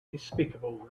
despicable